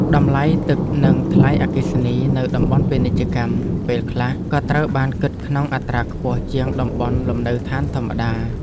តម្លៃទឹកនិងថ្លៃអគ្គិសនីនៅតំបន់ពាណិជ្ជកម្មពេលខ្លះក៏ត្រូវបានគិតក្នុងអត្រាខ្ពស់ជាងតំបន់លំនៅឋានធម្មតា។